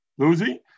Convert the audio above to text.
Luzi